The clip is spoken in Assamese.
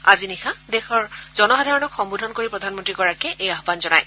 আজি নিশা দেশৰ জনসাধাৰণক সম্বোধন কৰি প্ৰধানমন্ত্ৰীগৰাকীয়ে এই আহান জনায়